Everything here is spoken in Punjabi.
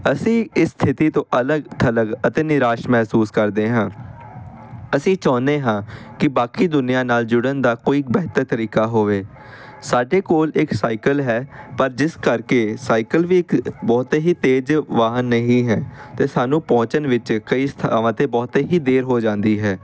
ਅਸੀਂ ਇਸ ਸਥਿਤੀ ਤੋਂ ਅਲੱਗ ਖਲਲ ਅਤੇ ਨਿਰਾਸ਼ ਮਹਿਸੂਸ ਕਰਦੇ ਹਾਂ ਅਸੀਂ ਚਾਹੁੰਦੇ ਹਾਂ ਕਿ ਬਾਕੀ ਦੁਨੀਆਂ ਨਾਲ ਜੁੜਨ ਦਾ ਕੋਈ ਬਿਹਤਰ ਤਰੀਕਾ ਹੋਵੇ ਸਾਡੇ ਕੋਲ ਇਕ ਸਾਈਕਲ ਹੈ ਪਰ ਜਿਸ ਕਰਕੇ ਸਾਈਕਲ ਵੀ ਇੱਕ ਬਹੁਤੇ ਹੀ ਤੇਜ਼ ਵਾਹਨ ਨਹੀਂ ਹੈ ਅਤੇ ਸਾਨੂੰ ਪਹੁੰਚਣ ਵਿੱਚ ਕਈ ਥਾਵਾਂ 'ਤੇ ਬਹੁਤੇ ਹੀ ਦੇਰ ਹੋ ਜਾਂਦੀ ਹੈ